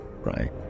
right